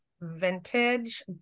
vintage